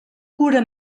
cura